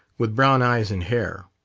with brown eyes and hair.